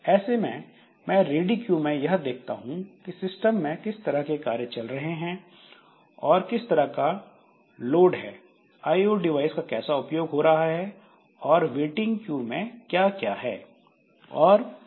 ऐसे में मैं रेडी क्यू में यह देख सकता हूं कि सिस्टम में किस तरह के कार्य चल रहे हैं और किस तरह का लोड है आईओ डिवाइस का कैसा उपयोग हो रहा है और वेटिंग क्यू में क्या क्या है